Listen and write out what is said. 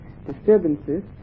disturbances